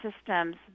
systems